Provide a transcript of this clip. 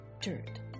dirt